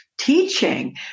teaching